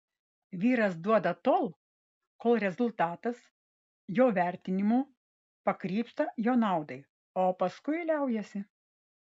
vyras duoda tol kol rezultatas jo vertinimu pakrypsta jo naudai o paskui liaujasi